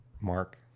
Mark